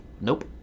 Nope